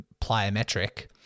plyometric